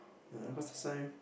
ya cause last time